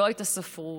שלא הייתה ספרות,